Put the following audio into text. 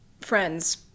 friends